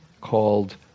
called